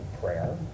prayer